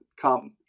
come